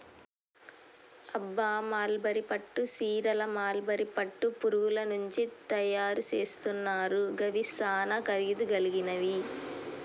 అబ్బ మల్బరీ పట్టు సీరలు మల్బరీ పట్టు పురుగుల నుంచి తయరు సేస్తున్నారు గివి సానా ఖరీదు గలిగినవి